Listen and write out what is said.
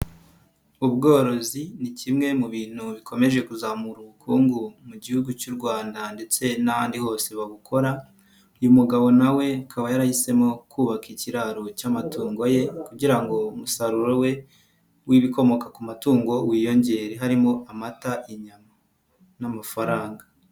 Ubworozi ni kimwe mu bintu bikomeje kuzamura ubukungu mu gihugu cy'u rwanda ndetse n'ahandi hose babukora. Uyu mugabo nawe akaba yarahisemo kubaka ikiraro cy'amatungo ye kugira ngo umusaruro we w'ibikomoka ku matungo wiyongere, harimo amata, inyama, n'amafaranga.